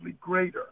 greater